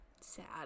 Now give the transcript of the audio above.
sad